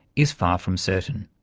is far from certain.